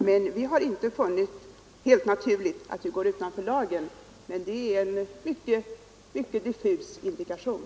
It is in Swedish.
Men vi har helt naturligt inte funnit att vi går utanför lagen — detta är en mycket diffus indikation.